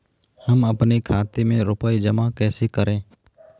हम अपने खाते में रुपए जमा कैसे करें?